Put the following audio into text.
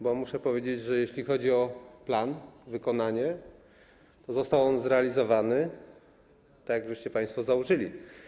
Bo muszę powiedzieć, że jeśli chodzi o plan i wykonanie, został on zrealizowany, tak jak państwo założyliście.